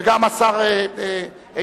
וגם השר איתן.